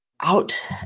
out